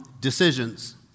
decisions